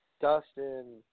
Dustin